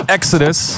Exodus